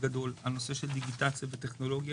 גדול על הנושא של דיגיטציה וטכנולוגיה.